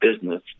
business